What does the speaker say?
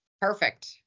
Perfect